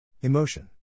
Emotion